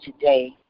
today